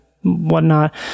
whatnot